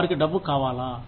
వారికి డబ్బు కావాలా